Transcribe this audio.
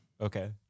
Okay